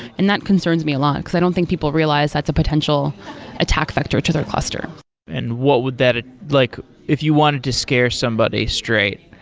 and that concerns me a lot, because i don't think people realize that's a potential attack vector to their cluster and what would that ah like if you wanted to scare somebody straight,